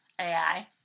AI